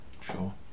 sure